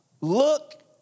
look